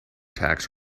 tax